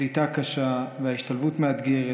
הקליטה קשה וההשתלבות מאתגרת,